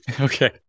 Okay